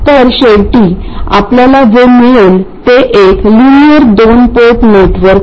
तर शेवटी आपल्याला जे मिळेल ते एक लिनिअर दोन पोर्ट नेटवर्क आहे